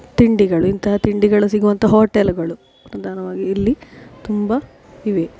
ತಿಂಡಿಗಳು ಇಂತಹ ತಿಂಡಿಗಳು ಸಿಗುವಂಥ ಹೋಟೆಲ್ಗಳು ಪ್ರಧಾನವಾಗಿ ಇಲ್ಲಿ ತುಂಬ ಇವೆ